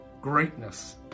greatness